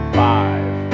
five